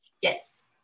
Yes